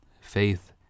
faith